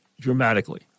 dramatically